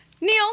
Neil